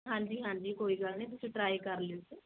ਹਾਂਜੀ ਹਾਂਜੀ ਕੋਈ ਗੱਲ ਨਹੀਂ ਤੁਸੀਂ ਟ੍ਰਾਈ ਕਰ ਲਿਓ ਜੀ